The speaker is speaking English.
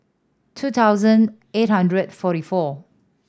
two thousand eight hundred forty four